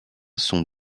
sont